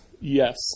Yes